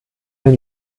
den